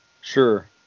Sure